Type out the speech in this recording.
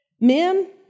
Men